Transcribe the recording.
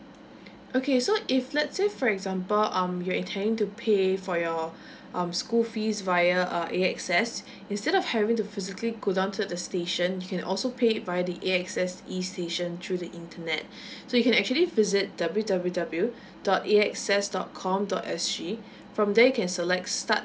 okay so if let's say for example um you're intending to pay for your um school fees via uh A_X_S instead of having to physically go down to the station you can also pay via the A_X_S E station through the internet so you can actually visit W W W dot A X S dot com dot S G from there you can select start